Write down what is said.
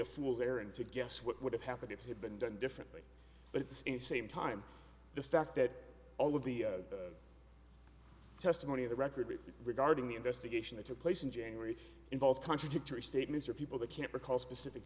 a fool's errand to guess what would have happened if it had been done differently but at the same time the fact that all of the testimony of the record regarding the investigation that took place in january involves contradictory statements or people that can't recall specific